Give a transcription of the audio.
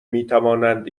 میتوانند